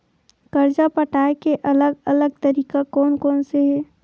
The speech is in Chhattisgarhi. कर्जा पटाये के अलग अलग तरीका कोन कोन से हे?